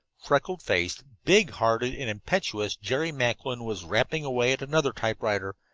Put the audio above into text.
freckle-faced, big-hearted and impetuous jerry macklin was rapping away at another typewriter,